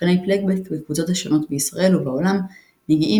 שחקני פלייבק בקבוצות השונות בישראל ובעולם מגיעים